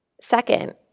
Second